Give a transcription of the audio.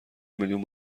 میلیون